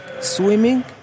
swimming